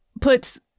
puts